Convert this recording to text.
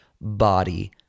body